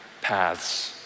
paths